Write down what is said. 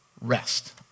rest